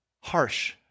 harsh